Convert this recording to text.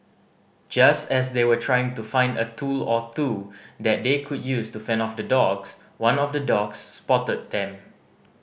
just as they were trying to find a tool or two that they could use to fend off the dogs one of the dogs spotted them